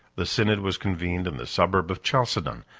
the synod was convened in the suburb of chalcedon,